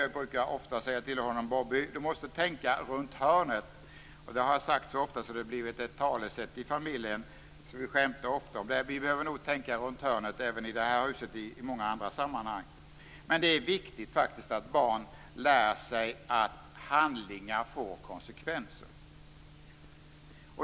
Jag brukar ofta säga till honom: Bobby, du måste tänka runt hörnet! Det har jag sagt så ofta att det har blivit ett talesätt i familjen. Vi skämtar ofta om det. Vi behöver nog tänka runt hörnet även i det här huset i många sammanhang. Det är faktiskt viktigt att barn lär sig att handlingar får konsekvenser.